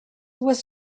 was